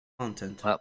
Content